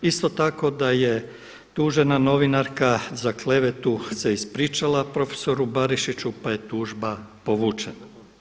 Isto tako, da je tužena novinarka za klevetu se ispričala profesoru Barišiću, pa je tužba povučena.